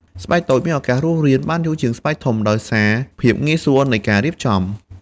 ស្បែកតូចមាន ឱកាសរស់រាន បានយូរជាងស្បែកធំ ដោយសារភាពងាយស្រួលនៃការរៀបចំ។